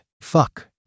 Fuck